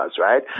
right